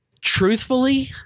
Truthfully